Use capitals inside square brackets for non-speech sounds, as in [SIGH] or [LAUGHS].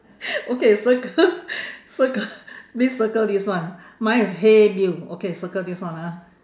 [LAUGHS] okay circle circle please this circle this one mine is hey bill okay circle this one ah